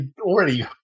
already